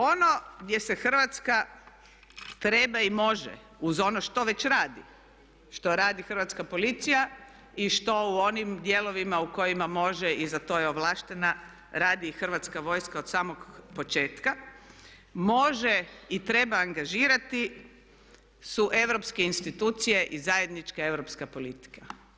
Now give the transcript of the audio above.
Ono gdje se Hrvatska treba i može uz ono što već radi, što radi hrvatska policija i što u onim dijelovima u kojima može i za to je ovlaštena radi i hrvatska vojska od samog početka može i treba angažirati su europske institucije i zajednička europska politika.